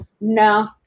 no